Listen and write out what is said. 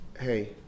hey